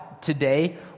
today